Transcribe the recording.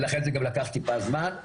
ולכן זה לקח טיפה זמן.